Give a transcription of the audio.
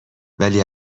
ولی